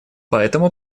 поэтому